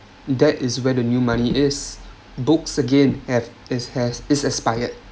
that is where the new money is books again have it has it‘s expired